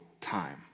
time